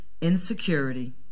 insecurity